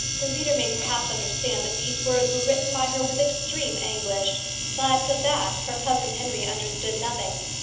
the reader may perhaps understand that these words were written by her with extreme anguish but of that her cousin henry understood nothing.